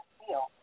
feel